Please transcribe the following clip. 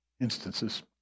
instances